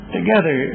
Together